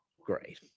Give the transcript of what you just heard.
great